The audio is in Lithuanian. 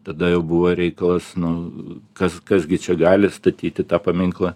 tada jau buvo reikalas nu kas kas gi čia gali statyti tą paminklą